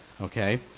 okay